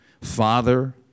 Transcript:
father